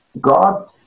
God